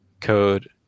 code